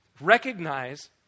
Recognize